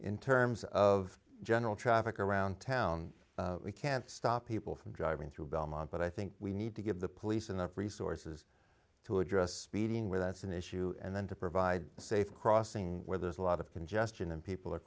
in terms of general traffic around town we can't stop people from driving through belmont but i think we need to give the police enough resources to address meeting with us an issue and then to provide safe crossing where there's a lot of congestion that people are